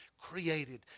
created